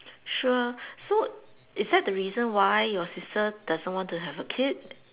sure so is that the reason why your sister doesn't want to have a kid